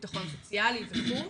בטחון סוציאלי וכולי,